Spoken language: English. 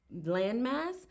landmass